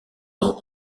ans